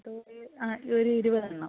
ആ ഒരു ഇരുപതെണ്ണം